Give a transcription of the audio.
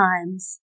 times